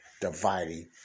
dividing